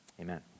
Amen